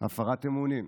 הפרת אמונים,